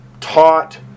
taught